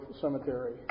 Cemetery